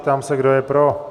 Ptám se, kdo je pro?